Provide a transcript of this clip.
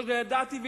לא ידעתי,